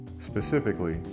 specifically